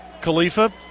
Khalifa